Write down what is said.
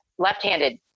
left-handed